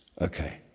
Okay